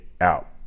out